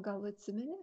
gal atsimeni